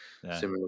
Similar